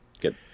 Good